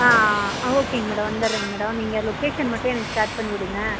ஆ ஆ ஆ ஓகேங்க மேடம் வந்துவிட்றேங்க மேடம் நீங்கள் லொக்கேஷன் மட்டும் எனக்கு ஷேர் பண்ணி விடுங்க